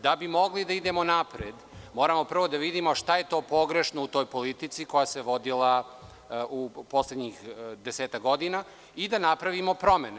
Da bi mogli da idemo napred, moramo prvo da vidimo šta je to pogrešno u toj politici koja se vodila u poslednjih desetak godina i da napravimo promene.